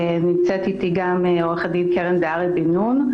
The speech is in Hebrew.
נמצאת איתי גם עורכת הדין קרן דהרי בן נון.